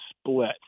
split